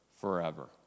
forever